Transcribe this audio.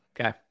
okay